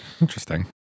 Interesting